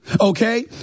okay